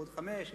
בעוד חמש,